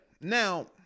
Now